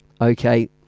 okay